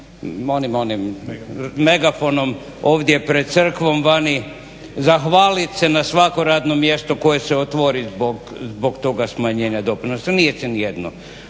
ću sa onim megafonom ovdje pred crkvom vani zahvalit na svakom radnom mjestu koje se otvori zbog toga smanjenja doprinosa. Nije se nijedno